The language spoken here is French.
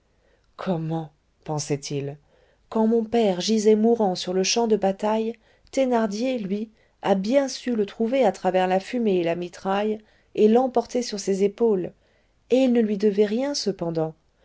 comment pensait-il quand mon père gisait mourant sur le champ de bataille thénardier lui a bien su le trouver à travers la fumée et la mitraille et l'emporter sur ses épaules et il ne lui devait rien cependant